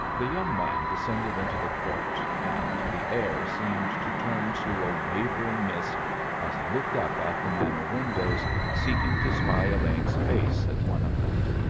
the young man descended into the court, and the air seemed to turn to a wavering mist as he looked up at the manor windows seeking to spy elaine's face at one of them.